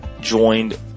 joined